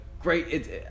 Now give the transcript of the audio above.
great